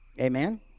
Amen